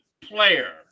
player